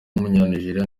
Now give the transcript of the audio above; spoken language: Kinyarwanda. w’umunyanigeriya